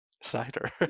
cider